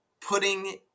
putting